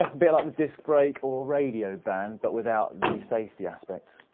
ah be like the disc brake or radio ban, but without the safety aspects.